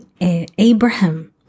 Abraham